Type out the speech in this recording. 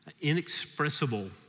inexpressible